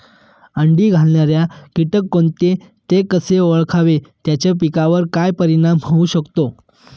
अंडी घालणारे किटक कोणते, ते कसे ओळखावे त्याचा पिकावर काय परिणाम होऊ शकतो?